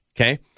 Okay